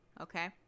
okay